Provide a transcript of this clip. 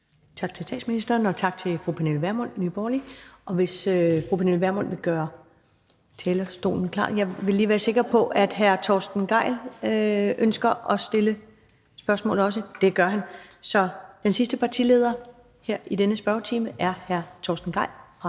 Tak til statsministeren, og tak til fru Pernille Vermund, Nye Borgerlige. Jeg vil bede fru Pernille Vermund om lige at spritte talerstolen af, så den er klar. Jeg vil lige være sikker på, om hr. Torsten Gejl også ønsker at stille spørgsmål – det gør han. Så den sidste partileder her i denne spørgetime er hr. Torsten Gejl fra